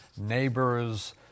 neighbors